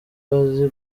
azi